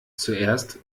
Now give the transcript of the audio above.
zuerst